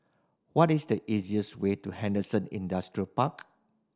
what is the easiest way to Henderson Industrial Park